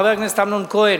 חבר הכנסת אמנון כהן,